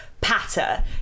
patter